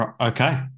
Okay